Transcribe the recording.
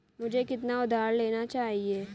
मुझे कितना उधार लेना चाहिए?